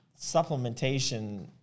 supplementation